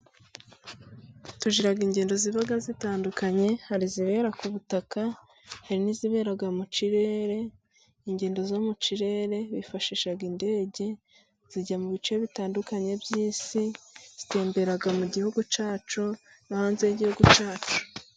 Tugira ingendo ziba zitandukanye, hari zibera ku butaka, hari n'izibera mu kirere. Ingendo zo mu kirere zifashisha indege zijya mu bice bitandukanye by'isi, zitembera mu gihugu cyacu no hanze y'igihugu cyacu.